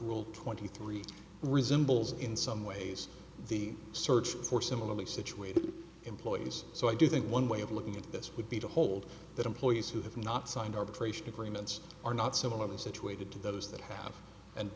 rule twenty three resembles in some ways the search for similarly situated employees so i do think one way of looking at this would be to hold that employees who have not signed arbitration agreements are not similarly situated to those that have and